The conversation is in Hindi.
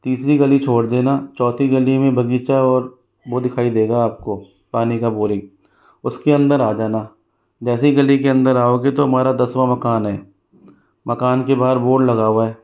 तीसरी गली छोड़ देना चौथी गली में बगीचा है और वह दिखाई देगा आपको पानी का बोरिंग उसके अंदर आ जाना जैसे ही गली के अंदर आओगे तो हमारा दसवा मकान है मकान के बाहर बोर्ड लगा हुआ है